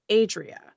Adria